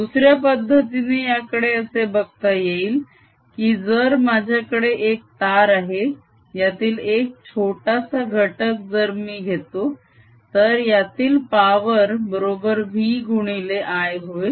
दुसऱ्या पद्धतीने याकडे असे बघता येईल की जर माझ्याकडे एक तार आहे यातील एक छोटासा घटक जर मी घेतो तर यातील पावर बरोबर v गुणिले I होय